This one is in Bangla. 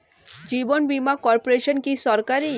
জীবন বীমা কর্পোরেশন কি সরকারি?